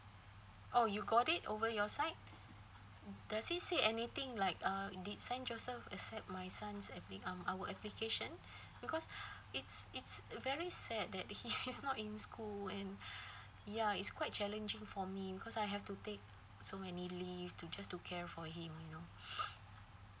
oh you got it over your side does it say anything like uh did saint joseph accept my son's appli~ um our application because it's it's very sad that he he's not in school and ya it's quite challenging for me because I have to take so many leave to just to care for him you know